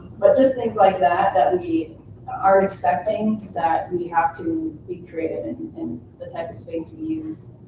but just things like that that we aren't expecting that we have to be creative in in the type of space we use